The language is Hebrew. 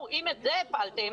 אם את זה הפלתם,